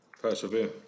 persevere